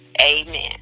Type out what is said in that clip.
Amen